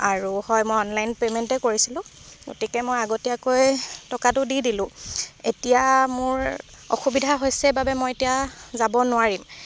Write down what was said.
আৰু হয় মই অনলাইন পে'মেন্টে কৰিছিলোঁ গতিকে মই আগতীয়াকৈ টকাটো দি দিলোঁ এতিয়া মোৰ অসুবিধা হৈছে বাবে মই এতিয়া যাব নোৱাৰিম